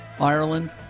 Ireland